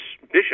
bishop